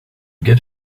get